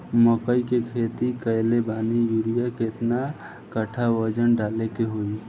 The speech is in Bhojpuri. मकई के खेती कैले बनी यूरिया केतना कट्ठावजन डाले के होई?